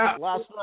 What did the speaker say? last